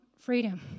freedom